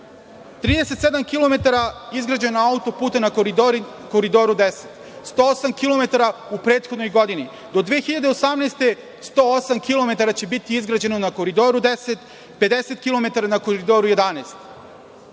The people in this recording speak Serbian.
izgrađeno je na Koridoru 10, 108 km u prethodnoj godini, do 2018. godine 108 km će biti izgrađeno na Koridoru 10, 50 km na Koridoru 11.